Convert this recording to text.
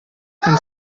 һәм